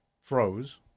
froze